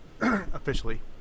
officially